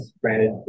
granted